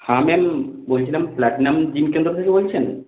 হ্যাঁ ম্যাম বলছিলাম platinum gym কেন্দ্র থেকে বলছেন